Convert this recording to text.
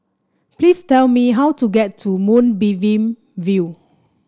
please tell me how to get to Moonbeam View